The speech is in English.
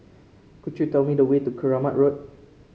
could you tell me the way to Keramat Road